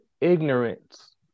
ignorance